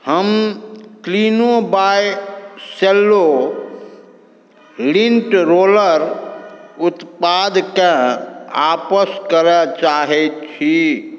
हम Kleeno by Cello lint roller उत्पादके आपस करय चाहैत छी